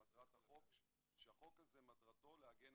גם החוקים של הגופים הפיננסיים החדשים.